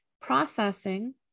processing